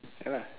ya lah